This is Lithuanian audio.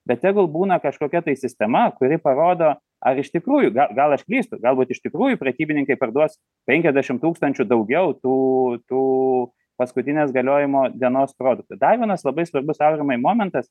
bet tegul būna kažkokia tai sistema kuri parodo ar iš tikrųjų gal aš klystu galbūt iš tikrųjų prekybininkai parduos penkiasdešim tūkstančių daugiau tų tų paskutinės galiojimo dienos produktų dar vienas labai svarbus aurimai momentas